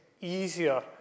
easier